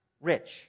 rich